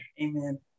Amen